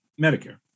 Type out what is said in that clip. Medicare